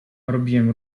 robiłem